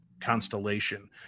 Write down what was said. constellation